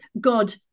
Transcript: god